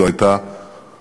זו הייתה